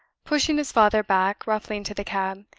pushing his father back roughly into the cab.